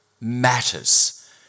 matters